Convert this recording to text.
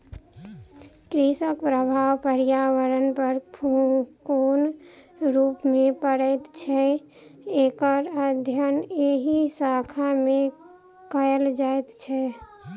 कृषिक प्रभाव पर्यावरण पर कोन रूप मे पड़ैत छै, एकर अध्ययन एहि शाखा मे कयल जाइत छै